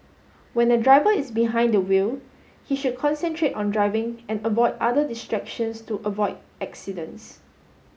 when a driver is behind the wheel he should concentrate on driving and avoid other distractions to avoid accidents